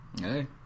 Hey